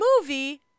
movie